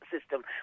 system